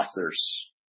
authors